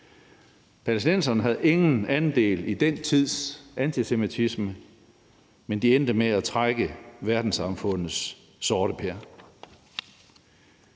Palæstinenserne havde ingen andel i den tids antisemitisme, men de endte med at trække verdenssamfundets sorteper.